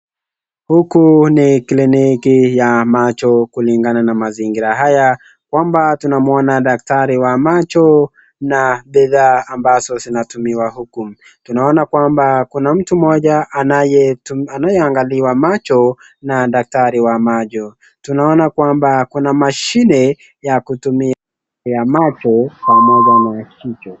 Huku ni kliniki ya macho kulingana na mazingira haya kwamba tunamuona daktari wa macho na bidhaa ambazo zinatumiwa huku tunaona kwamba kuna mtu mmoja anaye angaliwa macho na daktari wa macho. Tunaona kwamba kuna mashini ya kutumia ya macho pamoja na kichwa.